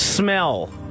Smell